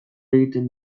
egiten